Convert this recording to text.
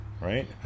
right